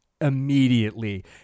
immediately